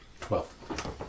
Twelve